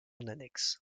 annexe